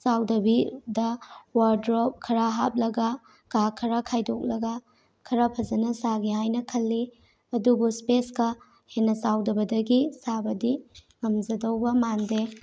ꯆꯥꯎꯗꯕꯤꯗ wardrobe ꯈꯔ ꯍꯥꯞꯂꯒ ꯀꯥ ꯈꯔ ꯈꯥꯏꯗꯣꯛꯂꯒ ꯈꯔ ꯐꯖꯅ ꯁꯥꯒꯦ ꯍꯥꯏꯅ ꯈꯜꯂꯤ ꯑꯗꯨꯕꯨ ꯁ꯭ꯄꯦꯁ ꯀꯥ ꯍꯦꯟꯅ ꯆꯥꯎꯗꯕꯗꯒꯤ ꯁꯥꯕꯗꯤ ꯉꯝꯖꯗꯧꯕ ꯃꯥꯟꯗꯦ